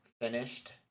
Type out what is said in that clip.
finished